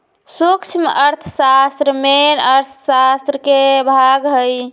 सूक्ष्म अर्थशास्त्र मेन अर्थशास्त्र के भाग हई